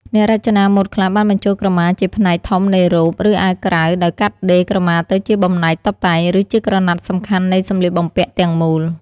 អ្នករចនាម៉ូដខ្លះបានបញ្ចូលក្រមាជាផ្នែកធំនៃរ៉ូប ឬអាវក្រៅ ដោយកាត់ដេរក្រមាទៅជាបំណែកតុបតែង ឬជាក្រណាត់សំខាន់នៃសម្លៀកបំពាក់ទាំងមូល។